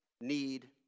need